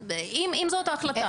אם זאת ההחלטה.